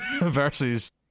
versus